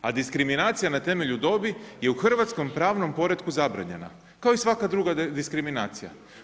A diskriminacija na temelju dobi je u hrvatskom pravnom poretku zabranjena kao i svaka druga diskriminacija.